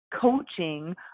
coaching